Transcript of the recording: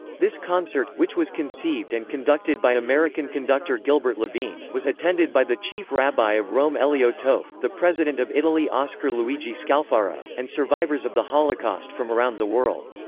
this concert, which was conceived and conducted by american conductor gilbert levine, was attended by the chief rabbi of rome elio toaff, the president of italy oscar luigi scalfaro, and survivors of the holocaust from around the world.